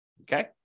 Okay